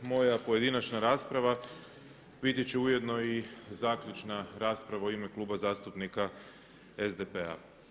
Moja pojedinačna rasprava biti će ujedno i zaključna rasprava u ime Kluba zastupnika SDP-a.